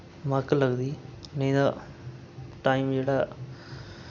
मक्क लगदी नेईं तां टाइम जेह्ड़ा